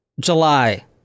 july